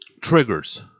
triggers